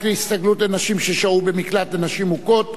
הסתגלות לנשים ששהו במקלט לנשים מוכות),